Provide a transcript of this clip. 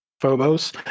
phobos